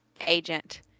agent